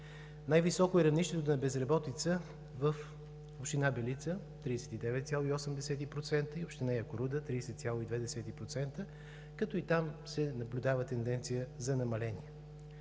Най-високо е равнището на безработица в община Белица – 39,8%, и община Якоруда – 30,2%, като и там се наблюдава тенденция за намаление.